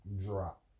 drop